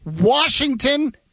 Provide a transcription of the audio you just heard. Washington